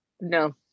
No